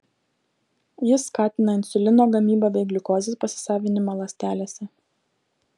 jis skatina insulino gamybą bei gliukozės pasisavinimą ląstelėse